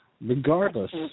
Regardless